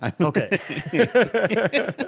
Okay